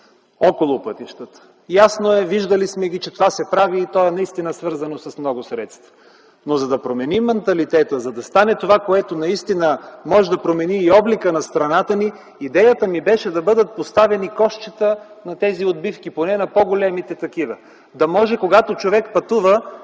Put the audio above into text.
около пътищата. Ясно е, виждали сме, че това се прави и то наистина е свързано с много средства. Но за да променим манталитета, за да стане това, което наистина може да промени и облика на страната ни, идеята ми беше да бъдат поставени кошчета поне на по-големите отбивки. Както е във